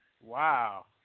Wow